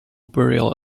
burial